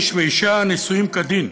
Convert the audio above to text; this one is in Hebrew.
איש ואישה נשואים כדין,